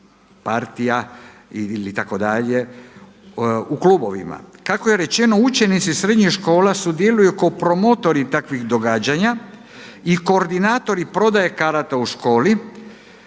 partija itd. u klubovima. Kako je rečeno učenici srednjih škola sudjeluju kao promotori takvih događanja i koordinatori prodaje karate u školi,